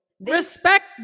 respect